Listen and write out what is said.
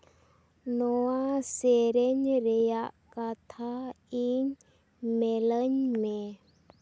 ᱱᱚᱣᱟ ᱥᱮᱨᱮᱧ ᱨᱮᱭᱟᱜ ᱠᱟᱛᱷᱟ ᱤᱧ ᱢᱮ ᱞᱟᱧ ᱢᱮ